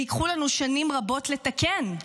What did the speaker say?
וייקחו לנו שנים רבות לתקן.